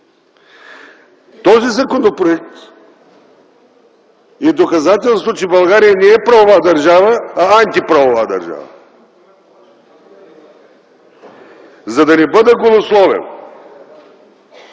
Този законопроект е доказателство, че България не е правова държава, а антиправова държава. За да не бъда голословен,